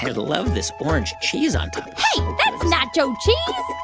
love this orange cheese on top hey, that's nacho cheese